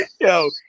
Yo